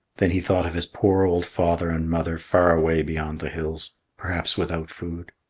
then he thought of his poor old father and mother far away beyond the hills, perhaps without food.